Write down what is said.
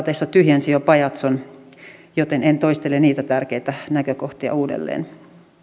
tyhjensi jo pajatson joten en toistele niitä tärkeitä näkökohtia uudelleen